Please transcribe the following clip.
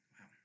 Wow